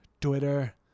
Twitter